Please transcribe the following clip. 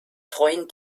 treuen